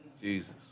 Jesus